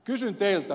kysyn teiltä